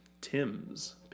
Tim's